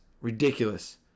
Ridiculous